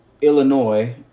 Illinois